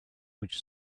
which